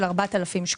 של 4,000 שקלים.